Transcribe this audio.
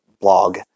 blog